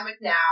now